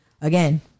again